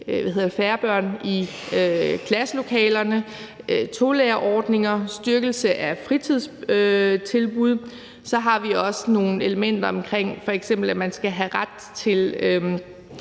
færre børn i klasselokalerne, tolærerordninger og styrkelse af fritidstilbud. Så har vi også nogle elementer om, at man f.eks. skal have ret til